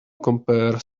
compare